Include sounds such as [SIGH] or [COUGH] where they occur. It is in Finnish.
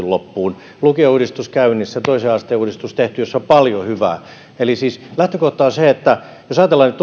[UNINTELLIGIBLE] loppuun lukiouudistus on käynnissä toisen asteen uudistus on tehty jossa on paljon hyvää eli siis lähtökohta on se jos ajatellaan nyt [UNINTELLIGIBLE]